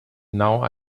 now